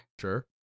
Sure